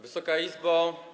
Wysoka Izbo!